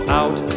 out